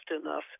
enough